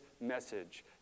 message